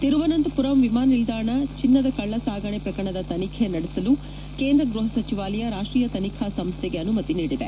ತಿರುವನಂತಪುರಂ ವಿಮಾನ ನಿಲ್ದಾಣ ಚಿನ್ನದ ಕಳ್ಳಾಗಣೆ ಪ್ರಕರಣದ ತನಿವೆ ನಡೆಸಲು ಕೇಂದ್ರ ಗೃಪ ಸಚಿವಾಲಯ ರಾಷ್ಟೀಯ ತನಿಖಾ ಸಂಸ್ಥೆಗೆ ಆನುಮತಿ ನೀಡಿದೆ